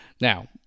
Now